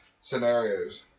scenarios